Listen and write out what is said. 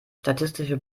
statistische